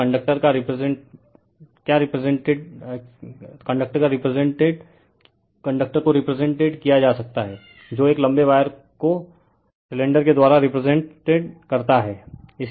तोकंडक्टर का रिप्रेजेंटेड किया जा सकता है जो एक लंबे वायर को सिलेंडर के द्वारा रिप्रेजेंटेड करता है